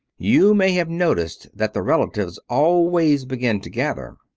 you may have noticed that the relatives always begin to gather.